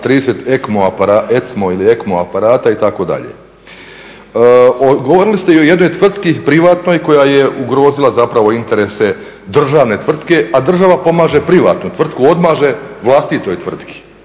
30 ECMO aparata itd. Govorili ste i o jednoj tvrtki privatnoj koja je ugrozila zapravo interese državne tvrtke, a država pomaže privatnu tvrtku, odmaže vlastitoj tvrtki.